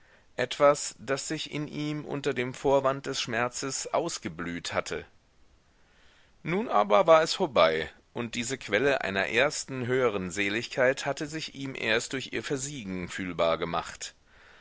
etwas das sich in ihm unter dem vorwand des schmerzes ausgeblüht hatte nun aber war es vorbei und diese quelle einer ersten höheren seligkeit hatte sich ihm erst durch ihr versiegen fühlbar gemacht